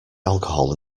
alcohol